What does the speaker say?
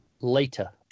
Later